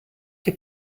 che